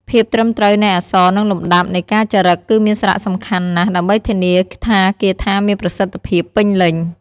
ភាពត្រឹមត្រូវនៃអក្សរនិងលំដាប់នៃការចារឹកគឺមានសារៈសំខាន់ណាស់ដើម្បីធានាថាគាថាមានប្រសិទ្ធភាពពេញលេញ។